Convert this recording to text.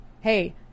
hey